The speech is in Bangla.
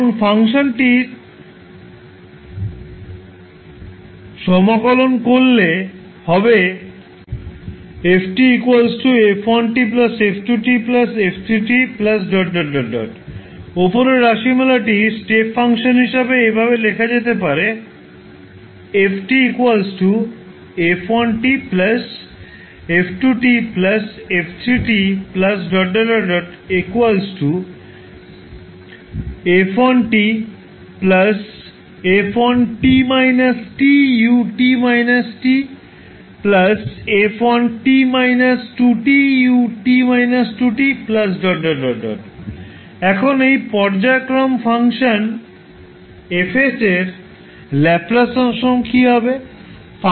এখন ফাংশনটি সংকলন করলে হবে 𝑓 𝑡 𝑓1 𝑡 𝑓2 𝑡 𝑓3 𝑡 ⋯ উপরের রাশিমালাটি স্টেপ ফাংশন হিসাবে এভাবে লেখা যেতে পারে যে 𝑓 𝑡 𝑓1 𝑡 𝑓2 𝑡 𝑓3 𝑡 ⋯ 𝑓1 𝑡 𝑓1 𝑡 𝑇 𝑢 𝑡 𝑇 𝑓1 𝑡 2𝑇 𝑢 𝑡 2𝑇 এখন এই পর্যায়ক্রম ফাংশন 𝐹𝑠 এর ল্যাপ্লাস ট্রান্সফর্ম কী হবে